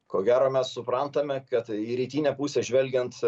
ko gero mes suprantame kad į rytinę pusę žvelgiant